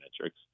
metrics